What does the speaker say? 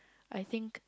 I think